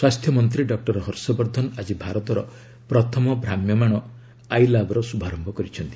ସ୍ୱାସ୍ଥ୍ୟ ମନ୍ତ୍ରୀ ଡକ୍ଟର ହର୍ଷବର୍ଦ୍ଧନ ଆଜି ଭାରତର ପ୍ରଥମ ଭ୍ରାମ୍ୟମାଣ ଆଇ ଲାବ୍ର ଶୁଭାରମ୍ଭ କରିଛନ୍ତି